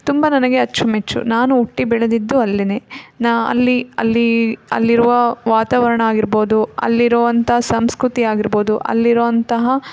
ತುಂಬ ನನಗೆ ಅಚ್ಚುಮೆಚ್ಚು ನಾನು ಹುಟ್ಟಿ ಬೆಳೆದಿದ್ದು ಅಲ್ಲೇ ನಾನು ಅಲ್ಲಿ ಅಲ್ಲಿ ಅಲ್ಲಿರುವ ವಾತಾವರಣ ಆಗಿರ್ಬೋದು ಅಲ್ಲಿರುವಂಥ ಸಂಸ್ಕೃತಿ ಆಗಿರ್ಬೋದು ಅಲ್ಲಿರುವಂತಹ